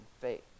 faith